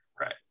Right